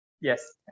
yes